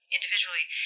individually